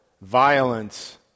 violence